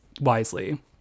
wisely